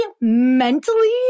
mentally